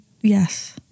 Yes